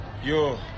Yo